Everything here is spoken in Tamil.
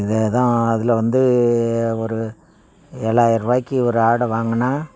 இதை தான் அதில் வந்து ஒரு ஏழாயிரூபாய்க்கி ஒரு ஆட்டை வாங்குனா